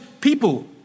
people